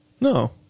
No